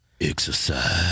Exercise